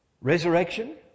resurrection